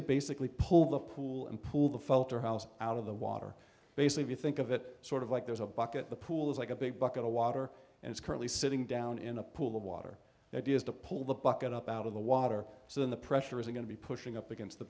to basically pull the pool and pull the felt her house out of the water basically if you think of it sort of like there's a bucket the pool is like a big bucket of water and it's currently sitting down in a pool of water ideas to pull the bucket up out of the water so then the pressure is going to be pushing up against the